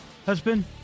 Husband